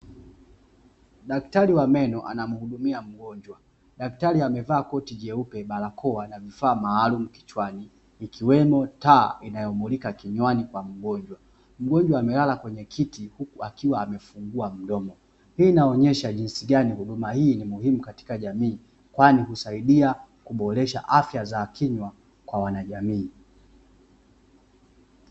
Daktari wa meno anamhudumia mgonjwa. Daktari amevaa koti jeupe na barakoa, na vifaa maalumu kichwani ikiwemo taa inayomulika kinywani mwa mgonjwa. Mgonjwa amelala kwenye kiti huku akiwa amefungua mdomo. Hii inaonyesha jinsi gani huduma hii ina umuhimu katika jamii, kwani inasaidia kuboresha afya za kinywa kwa wanajamii.